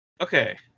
Okay